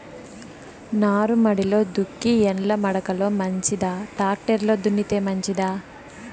నారుమడిలో దుక్కి ఎడ్ల మడక లో మంచిదా, టాక్టర్ లో దున్నితే మంచిదా?